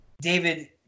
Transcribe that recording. David